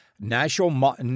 national